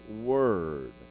word